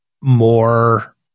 more